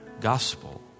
gospel